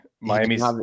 Miami's